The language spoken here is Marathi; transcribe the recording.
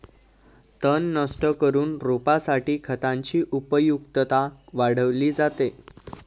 तण नष्ट करून रोपासाठी खतांची उपयुक्तता वाढवली जाते